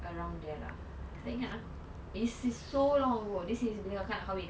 around there lah aku tak ingat lah it's been so long ago this is bila kak nak kahwin